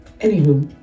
Anywho